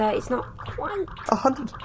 yeah it's not quite a hundred!